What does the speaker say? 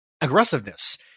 aggressiveness